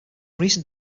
recent